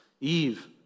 Eve